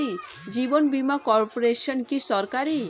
জীবন বীমা কর্পোরেশন কি সরকারি?